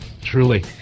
truly